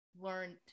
learned